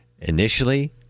initially